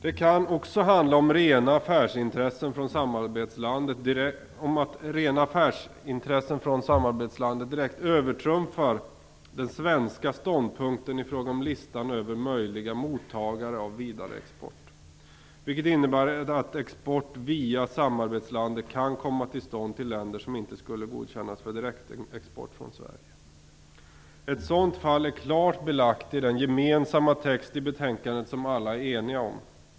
Det kan också handla om att rena affärsintressen från samarbetslandet direkt övertrumfar den svenska ståndpunkten i fråga om listan över möjliga mottagare av vidareexport. Detta innebär att export via samarbetslandet kan komma till stånd till länder som inte skulle godkännas för direktexport från Sverige. Ett sådant fall är klart belagd i den gemensamma text i betänkandet som alla är eniga om.